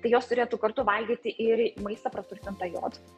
tai jos turėtų kartu valgyti ir maistą praturtintą jodu